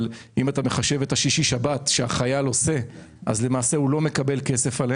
אבל על השישי-שבת שהוא עושה הוא לא מקבל כסף.